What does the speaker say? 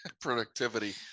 productivity